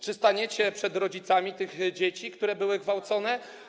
Czy staniecie przed rodzicami tych dzieci, które były gwałcone?